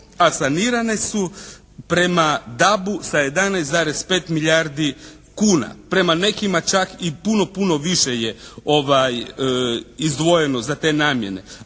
A sanirane su prema DAB-u sa 11,5 milijardi kuna. Prema nekima čak i puno, puno više je izdvojeno za te namjene.